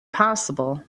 possible